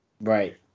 Right